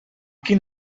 quin